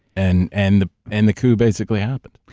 and and the and the coup basically happened.